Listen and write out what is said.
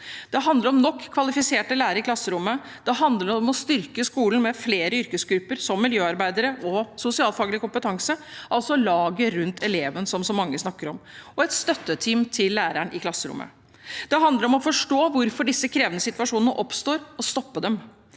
Det handler om nok kvalifiserte lærere i klasserommet. Det handler om å styrke skolen med flere yrkesgrupper, som miljøarbeidere og folk med sosialfaglig kompetanse, altså laget rundt eleven, som så mange snakker om, og et støtteteam til læreren i klasserommet. Det handler om å forstå hvorfor disse krevende situasjonene oppstår, og om å stoppe dem.